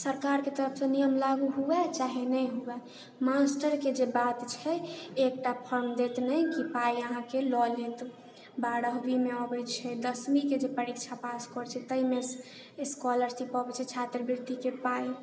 सरकारके तरफसँ नियम लागू हुअए चाहे नहि हुअए मास्टरके जे बात छै एकटा फॉर्म देत नहि कि पाइ अहाँके लऽ लेत बारहमीमे अबै छै दसमीके जे परीक्षा पास करै छै ताहिमे एसस्कॉलरशिप अबै छै छात्रवृतिके पाइ